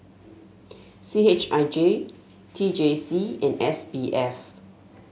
C H I J T J C and S B F